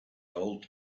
old